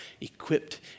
equipped